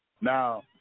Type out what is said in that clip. Now